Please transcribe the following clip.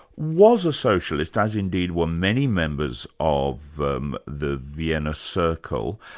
was a socialist, as indeed were many members of the um the vienna circle.